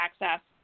access